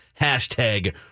Hashtag